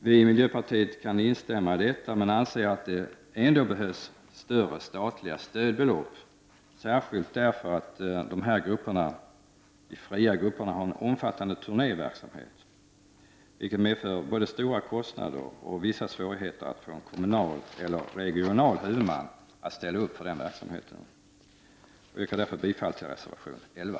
Vii miljöpartiet kan instämma i detta men anser att det ändå behövs större statliga stödbelopp, särskilt därför att de fria grupperna har en omfattande turnéverksamhet, vilket medför både stora kostnader och vissa svårigheter att få en kommunal eller en regional huvudman att ställa upp för verksamheten. Jag yrkar därför bifall till reservation 11.